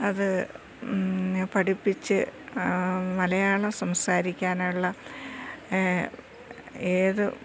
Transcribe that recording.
അത് പഠിപ്പിച്ചു മലയാളം സംസാരിക്കാനുള്ള ഏത്